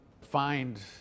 find